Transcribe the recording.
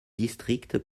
district